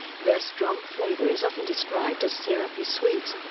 their strong flavor is often described as syrupy sweet.